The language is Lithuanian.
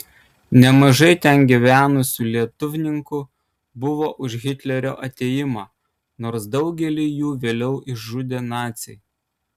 nemažai ten gyvenusių lietuvninkų buvo už hitlerio atėjimą nors daugelį jų vėliau išžudė naciai